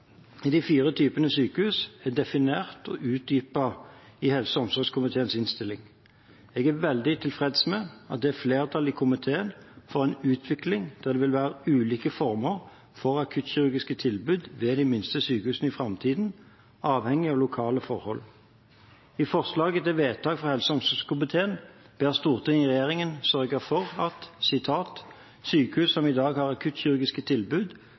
i de fire typene sykehus er definert og utdypet i helse- og omsorgskomiteens innstilling. Jeg er veldig tilfreds med at det er flertall i komiteen for en utvikling der det vil være ulike former for akuttkirurgiske tilbud ved de minste sykehusene i framtiden, avhengig av lokale forhold. I forslaget til vedtak fra helse- og omsorgskomiteen ber Stortinget regjeringen sørge for at «sykehus som i dag har akuttkirurgiske tilbud,